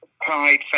Pride